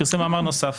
פרסם מאמר נוסף